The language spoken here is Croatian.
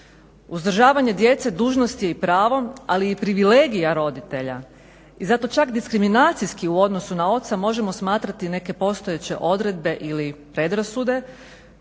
Uzdržavanje djece dužnost je i pravo ali i privilegija roditelja i zato čak diskriminacijski u odnosu na oca možemo smatrati neke postojeće odredbe ili predrasude